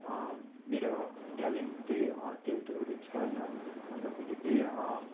मेरो ट्यालेन्ट त्यही त्यो त्योहरू छ होइन अन्त फेरि त्यही